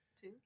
Two